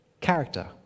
character